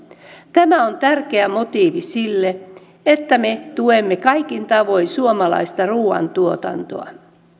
tämä on tärkeä motiivi sille että me tuemme kaikin tavoin suomalaista ruuantuotantoa